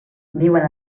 viuen